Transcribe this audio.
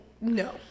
No